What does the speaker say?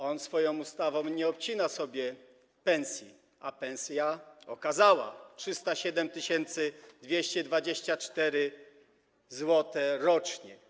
On swoją ustawą nie obcina sobie pensji, a pensja okazała - 307 224 zł rocznie.